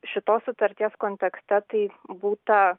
šitos sutarties kontekste tai būta